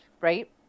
right